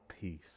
peace